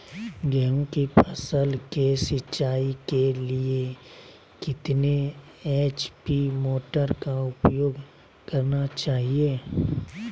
गेंहू की फसल के सिंचाई के लिए कितने एच.पी मोटर का उपयोग करना चाहिए?